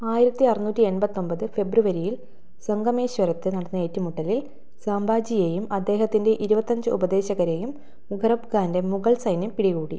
ആയിരത്തി അറുന്നൂറ്റി എൺപത്തൊമ്പത് ഫെബ്രുവരിയിൽ സംഗമേശ്വരത്ത് നടന്ന ഏറ്റുമുട്ടലിൽ സാംഭാജിയെയും അദ്ദേഹത്തിൻ്റെ ഇരുപത്തഞ്ച് ഉപദേശകരെയും മുഖറബ് ഖാൻ്റെ മുഗൾ സൈന്യം പിടികൂടി